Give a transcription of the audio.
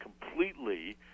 completely